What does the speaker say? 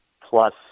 plus